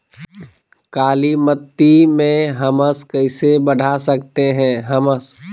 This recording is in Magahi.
कालीमती में हमस कैसे बढ़ा सकते हैं हमस?